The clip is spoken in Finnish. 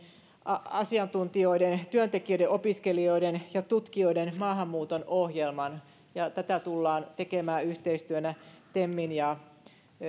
asiantuntijoiden työntekijöiden opiskelijoiden ja tutkijoiden maahanmuuton ohjelman tätä tullaan tekemään yhteistyönä